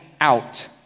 out